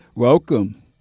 Welcome